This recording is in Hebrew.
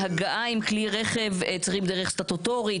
להגעה עם כלי רכב הם צריכים דרך סטטוטורית,